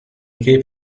gave